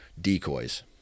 decoys